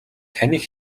таныг